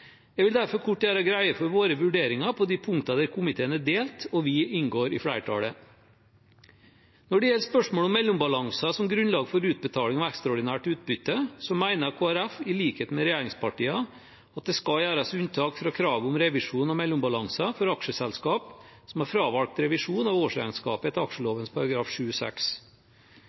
Jeg vil derfor kort gjøre greie for våre vurderinger på de punktene der komiteen er delt og vi inngår i flertallet. Når det gjelder spørsmålet om mellombalanser som grunnlag for utbetaling av ekstraordinært utbytte, mener Kristelig Folkeparti, i likhet med regjeringspartiene, at det skal gjøres unntak fra kravet om revisjon av mellombalanser for aksjeselskap som har fravalgt revisjon av årsregnskapet etter